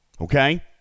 Okay